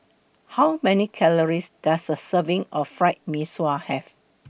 How Many Calories Does A Serving of Fried Mee Sua Have